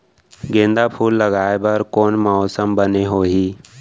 गेंदा फूल लगाए बर कोन मौसम बने होही?